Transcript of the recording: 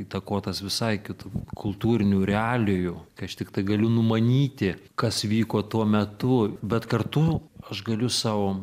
įtakotas visai kitų kultūrinių realijų kai aš tiktai galiu numanyti kas vyko tuo metu bet kartu aš galiu sau